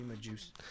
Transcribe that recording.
juice